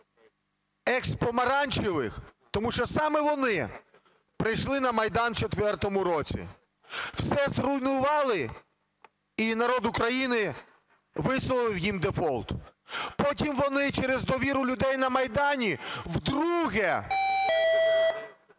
екс-помаранчевих, тому що саме вони прийшли на Майдан в 2004 році, все зруйнували, і народ України висловив їм дефолт. Потім вони через довіру людей на Майдані вдруге